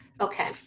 Okay